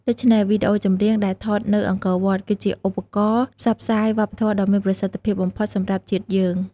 ដូច្នេះ វីដេអូចម្រៀងដែលថតនៅអង្គរវត្ត គឺជាឧបករណ៍ផ្សព្វផ្សាយវប្បធម៌ដ៏មានប្រសិទ្ធភាពបំផុតសម្រាប់ជាតិយើង។